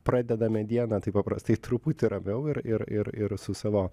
pradedame dieną taip paprastai truputį ramiau ir ir ir ir su savo